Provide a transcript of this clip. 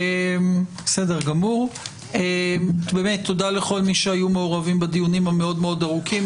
תודה לכל מי שהיו מעורבים בדיונים המאוד מאוד ארוכים,